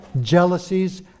jealousies